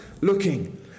looking